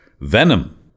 Venom